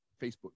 Facebook